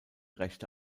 rechte